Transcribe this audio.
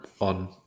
on